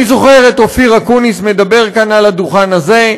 אני זוכר את אופיר אקוניס מדבר כאן, על הדוכן הזה,